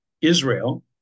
Israel